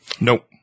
Nope